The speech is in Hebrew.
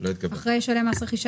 הם מוכרים דירות באותה כמות,